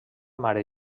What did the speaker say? mare